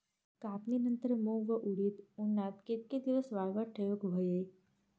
कापणीनंतर मूग व उडीद उन्हात कितके दिवस वाळवत ठेवूक व्हये?